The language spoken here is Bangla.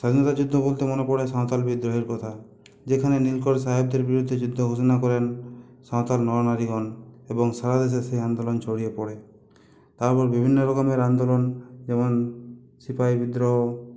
স্বাধীনতার যুদ্ধ বলতে মনে পরে সাঁওতাল বিদ্রোহের কথা যেখানে নীলকর সাহেবদের বিরুদ্ধে যুদ্ধ ঘোষনা করেন সাঁওতাল নরনারীগণ এবং সারা দেশে সেই আন্দোলন ছড়িয়ে পড়ে তারপর বিভিন্ন রকমের আন্দোলন যেমন সিপাহী বিদ্রোহ